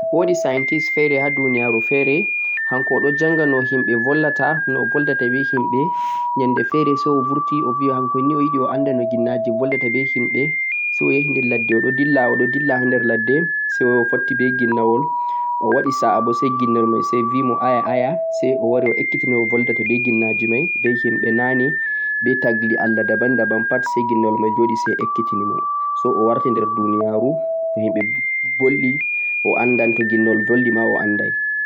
woodi scientists feere ha duuniyaaru feere hanko o ɗo njannga no himɓe bollata, no o bollata be himɓe, nyannde feere say onyannde feere say o birti obi hankoni o ni o yiɗi o annda no ginnaji bollata be himɓe, say o yahi nder ladde o ɗo dilla o ɗo dilla ha nder ladde say o fotti be ginnawol o waɗi sa'a bo say ginnawol may say bi mo aya aya say o wari o ekkiti no o boldata be ginnaji may be himɓe naane be tagli Allah 'daban-daban' pat, say ginnawol may joɗi say ekkiti ni mo. Say o warti nder duuniyaaru to himɓe bolli o anndan to ginnawol bolli ma o annda.